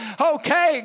Okay